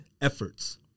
efforts